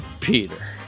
Peter